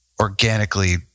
organically